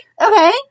Okay